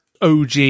OG